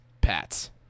Pats